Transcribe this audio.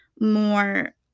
more